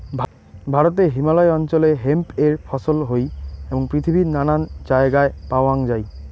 ভারতে হিমালয় অঞ্চলে হেম্প এর ফছল হই এবং পৃথিবীর নানান জায়গায় প্যাওয়াঙ যাই